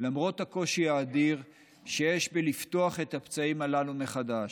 למרות הקושי האדיר שיש בלפתוח את הפצעים הללו מחדש.